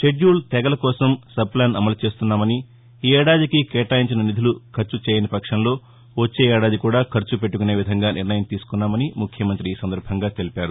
schedule తెగలకోసం sub plan అమలు చేస్తున్నామని ఈ ఏడాదికి కేటాయించిన నిధులు ఖర్చు చేయకుంటే వచ్చే ఏడాది కూడా ఖర్చు పెట్టుకునే విధంగా నిర్ణయం తీసుకున్నామని చంద్రశేఖరరావు తెలిపారు